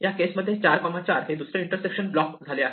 या केस मध्ये 4 4 हे दुसरे इंटरसेक्शन ब्लॉक झालेले आहे